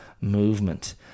movement